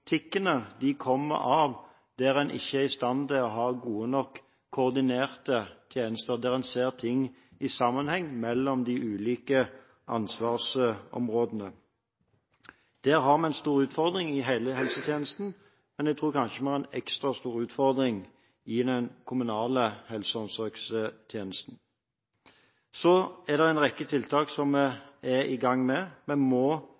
tikkene kommer av at en ikke er i stand til å ha gode nok koordinerte tjenester, der en ikke ser ting i sammenheng mellom de ulike ansvarsområdene. Der har vi en stor utfordring i hele helsetjenesten, men jeg tror kanskje vi har en ekstra stor utfordring i den kommunale helse- og omsorgstjenesten. Så er det en rekke tiltak som vi er i gang med. Vi må